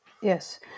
Yes